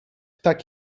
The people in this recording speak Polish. tak